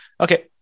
Okay